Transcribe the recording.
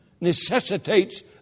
necessitates